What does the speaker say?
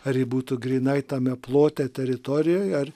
ar ji būtų grynai tame plote teritorijoj ar